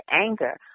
anger